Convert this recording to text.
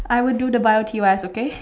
I would do the Bio T_Ys okay